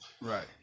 Right